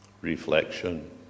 reflection